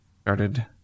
started